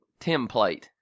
Template